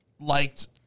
liked